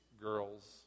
girls